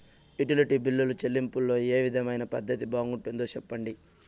Utility బిల్లులో చెల్లింపులో ఏ విధమైన పద్దతి బాగుంటుందో సెప్పండి?